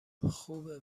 خوبه